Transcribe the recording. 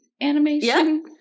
animation